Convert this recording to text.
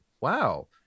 wow